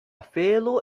felo